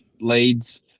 leads